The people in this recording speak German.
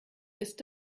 ist